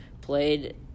played